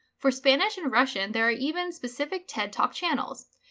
for spanish and russian there are even specific ted talk channels.